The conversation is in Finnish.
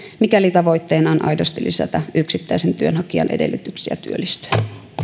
mikäli tavoitteena on aidosti lisätä yksittäisen työnhakijan edellytyksiä työllistyä